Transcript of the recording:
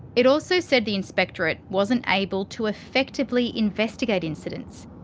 it also said the inspectorate wasn't able to effectively investigate incidents.